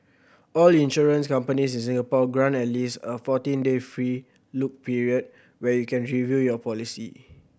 all insurance companies in Singapore grant at least a fourteen day free look period where you can review your policy